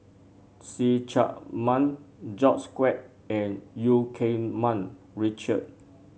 See Chak Mun George Quek and Eu Keng Mun Richard